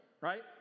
right